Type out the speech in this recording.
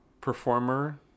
performer